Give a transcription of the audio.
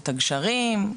את הגשרים,